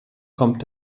kommt